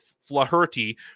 Flaherty